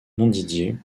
montdidier